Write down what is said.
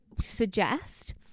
suggest